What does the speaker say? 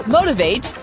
Motivate